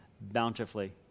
bountifully